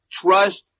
trust